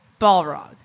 Balrog